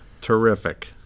Terrific